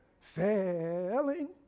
sailing